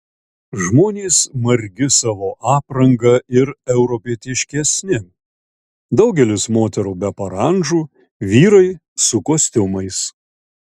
žmonės margi savo apranga ir europietiškesni daugelis moterų be parandžų vyrai su kostiumais